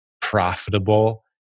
profitable